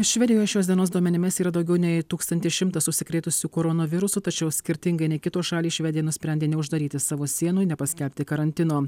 švedijoje šios dienos duomenimis yra daugiau nei tūkstantis šimtas užsikrėtusių koronavirusu tačiau skirtingai nei kitos šalys švedija nusprendė neuždaryti savo sienų nepaskelbti karantino